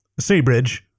Seabridge